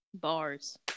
Bars